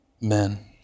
men